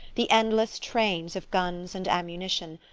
the endless trains of guns and ammunition,